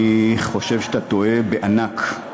אני חושב שאתה טועה בענק.